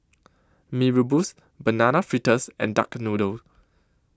Mee Rebus Banana Fritters and Duck Noodle